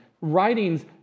writings